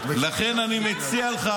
לכן אני מציע לך,